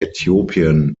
äthiopien